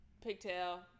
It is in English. Pigtail